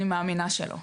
אני מאמינה שלא.